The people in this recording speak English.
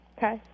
Okay